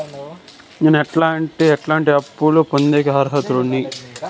నేను ఎట్లాంటి ఎట్లాంటి అప్పులు పొందేకి అర్హుడిని?